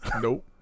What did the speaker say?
Nope